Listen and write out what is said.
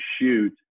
shoot